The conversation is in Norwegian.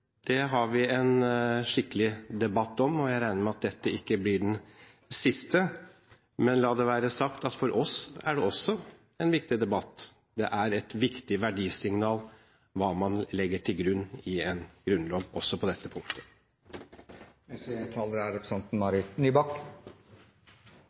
Det har vi en skikkelig debatt om, jeg regner med at dette ikke blir den siste. Men la det være sagt at for oss er det også en viktig debatt. Det er et viktig verdisignal hva man legger til grunn i en grunnlov også på dette punktet. Representanten